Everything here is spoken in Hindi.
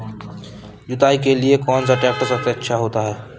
जुताई के लिए कौन सा ट्रैक्टर सबसे अच्छा होता है?